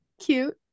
Cute